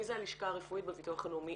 מי זה הלשכה הרפואית בביטוח הלאומי,